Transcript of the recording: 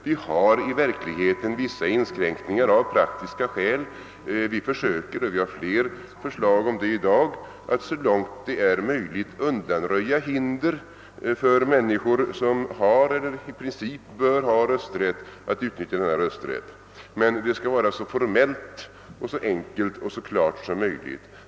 Vi har i verkligheten vissa inskränkningar av praktiska skäl. Vi försöker — och vi har att behandla fler förslag om det i dag — att så långt det är möjligt undanröja hinder för människor som har eller i princip bör ha rösträtt att utnyttja denna rösträtt, men det skall vara formella regler som är så klart och så enkelt utformade som möjligt.